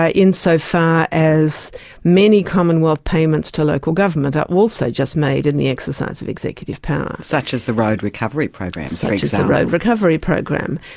ah insofar as many commonwealth payments to local government are also just made in the exercise of executive power. such as the road recovery program? such as the road recovery program.